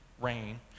rain